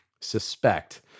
suspect